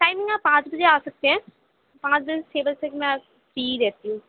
time نہیں آپ پانچ بجے آ سکتے ہیں پانچ بجے سے چھ بجے تک میں فری ہی رہتی ہوں